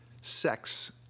sex